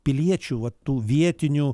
piliečių va tų vietinių